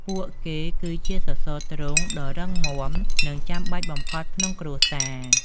ពួកគេគឺជាសសរទ្រូងដ៏រឹងមាំ និងចាំបាច់បំផុតក្នុងគ្រួសារ។